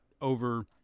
over